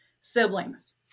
siblings